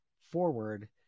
forward